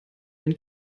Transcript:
den